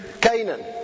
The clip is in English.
Canaan